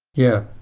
yeah.